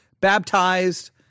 Baptized